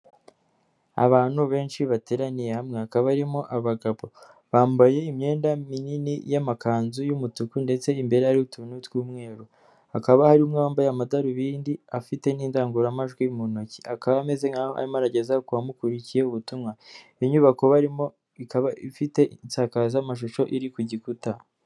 Abantu benshi bateraniye hamwe, hakaba barimo abagabo bambaye imyenda minini y'amakanzu y'umutuku ndetse imbere utuntu tw'umweru, hakaba harimo umwe wambaye amadarubindi afite n'indangururamajwi mu ntoki, akaba ameze aarim oarageza kubamukurikiye ubutumwa, iyo nyubako barimo ikaba ifite insakazamashusho iri ku gikuta.